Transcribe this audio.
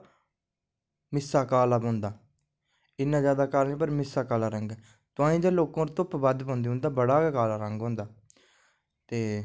मिस्सा काला पौंदा इन्ना काला रंग निं पर मिस्सा काला पौंदा तुआहीं दे लोकें पर धुप्प बद्ध पौंदी उंदा बड़ा गै काला रंग होंदा ते